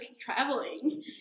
traveling